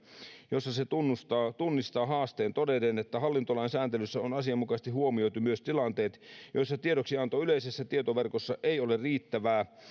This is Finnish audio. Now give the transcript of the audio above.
jossa se tunnistaa tunnistaa haasteen todeten että hallintolain sääntelyssä on asianmukaisesti huomioitu myös tilanteet joissa tiedoksianto yleisessä tietoverkossa ei ole riittävää